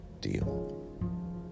deal